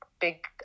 big